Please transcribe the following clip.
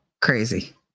crazy